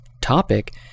topic